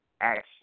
action